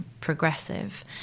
progressive